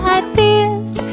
ideas